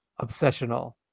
obsessional